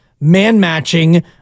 man-matching